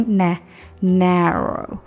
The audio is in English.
narrow